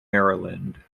maryland